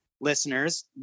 listeners